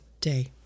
day